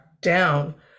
down